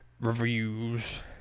Reviews